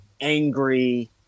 angry